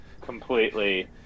completely